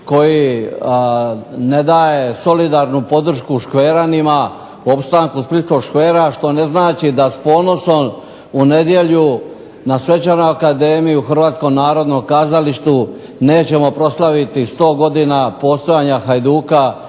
koji ne daje solidarnu podršku škveranima, opstanku splitskog škvera, što ne znači da s ponosom u nedjelju na svečanu akademiju u Hrvatskom narodnom kazalištu nećemo proslaviti 100 godina postojanja Hajduka,